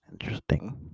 Interesting